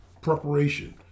preparation